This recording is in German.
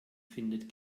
findet